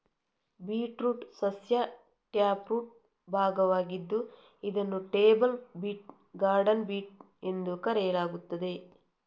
beetroot ಸಸ್ಯ taproot ಭಾಗವಾಗಿದ್ದು ಇದನ್ನು ಟೇಬಲ್ ಬೀಟ್, ಗಾರ್ಡನ್ ಬೀಟ್ ಎಂದು ಕರೆಯಲಾಗುತ್ತದೆ